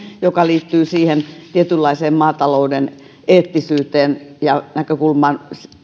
joka liittyy tietynlaiseen maatalouden eettisyyteen ja näkökulmaan